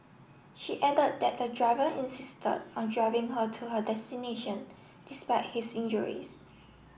she added that the driver insisted on driving her to her destination despite his injuries